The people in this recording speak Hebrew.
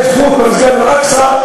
המקום הקדוש הזה, אל-אקצא,